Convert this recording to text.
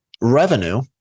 Revenue